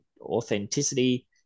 authenticity